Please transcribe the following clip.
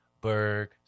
Berg